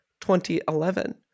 2011